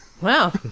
Wow